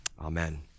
Amen